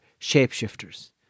shapeshifters